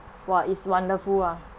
!wah! it's wonderful ah